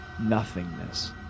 nothingness